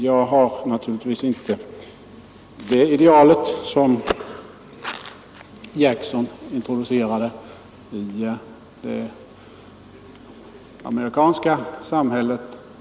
Jag omfattar naturligtvis inte det ideal som president Jackson för länge sedan introducerade i det amerikanska samhället.